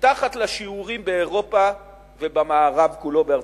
מתחת לשיעורים באירופה ובמערב כולו, בארצות-הברית,